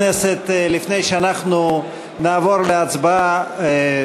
חברי הכנסת, לפני שאנחנו נעבור להצבעה, א.